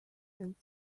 and